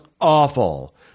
awful